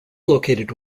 located